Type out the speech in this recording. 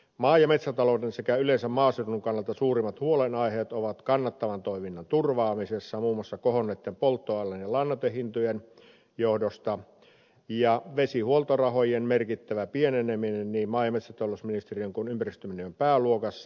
maa ja metsätalouden sekä yleensä maaseudun kannalta suurimmat huolenaiheet ovat kannattavan toiminnan turvaamisessa muun muassa kohonneitten polttoaineiden ja lannoitehintojen johdosta ja vesihuoltorahojen merkittävä pieneneminen niin maa ja metsätalousministeriön kuin ympäristöministeriön pääluokassa